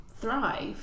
thrive